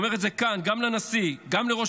אני אומר את זה כאן גם לנשיא גם לראש